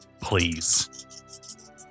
Please